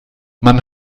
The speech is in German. man